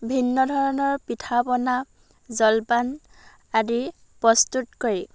বিভিন্ন ধৰণৰ পিঠা পনা জলপান আদি প্ৰস্তুত কৰি